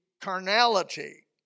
carnality